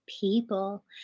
people